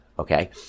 Okay